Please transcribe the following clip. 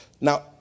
Now